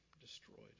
destroyed